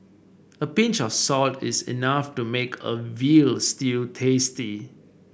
a pinch of salt is enough to make a veal stew tasty